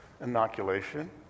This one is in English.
inoculation